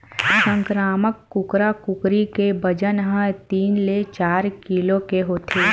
संकरामक कुकरा कुकरी के बजन ह तीन ले चार किलो के होथे